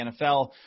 NFL